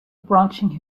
branching